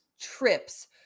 trips